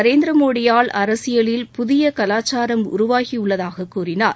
நரேந்திர மோடியால் அரசியலில் புதிய கலாச்சாரம் உருவாகியுள்ளதாக கூறினார்